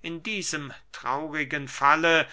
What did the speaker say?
in diesem traurigen falle